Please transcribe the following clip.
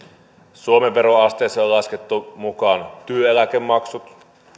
suomen veroasteessa on laskettu mukaan työeläkemaksut